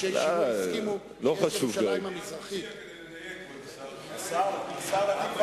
אנשי שינוי הסכימו שיש ירושלים המזרחית.